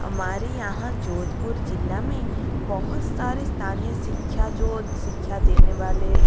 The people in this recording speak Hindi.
हमारे यहाँ जोधपुर ज़िले में बहुत सारे स्थानीय शिक्षा जो शिक्षा देने वाले